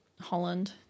Holland